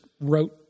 wrote